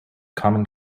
common